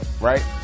right